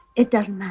it doesn't matter.